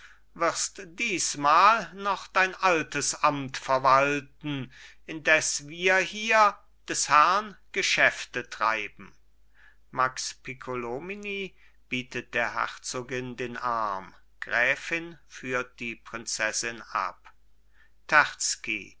wirst diesmal noch dein altes amt verwalten indes wir hier des herrn geschäfte treiben max piccolomini bietet der herzogin den arm gräfin führt die prinzessin ab